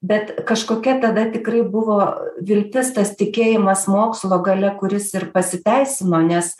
bet kažkokia tada tikrai buvo viltis tas tikėjimas mokslo galia kuris ir pasiteisino nes